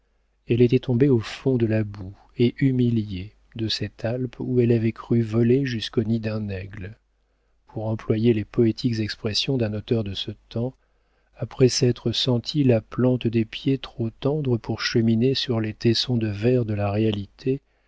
elle était tombée au fond de la boue et humiliée de cette alpe où elle avait cru voler jusqu'au nid d'un aigle pour employer les poétiques expressions d'un auteur de ce temps après s'être senti la plante des pieds trop tendre pour cheminer sur les tessons de verre de la réalité